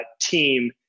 team